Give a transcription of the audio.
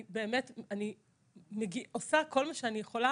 אני עושה כל מה שאני יכולה